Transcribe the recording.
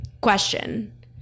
question